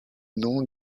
nom